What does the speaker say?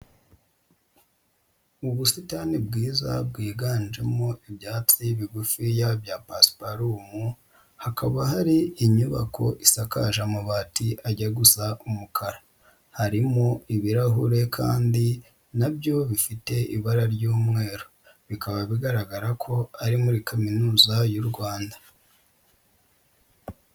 Ubusitani bwiza bwiganjemo ibyatsi bigufiya bya pasuparumu hakaba hari inyubako isakaje amabati ajya gusa umukara, harimo ibirahure kandi na byo bifite ibara ry'umweru bikaba bigaragara ko ari muri Kaminuza y'u Rwanda.